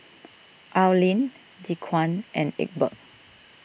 Arlin Dequan and Egbert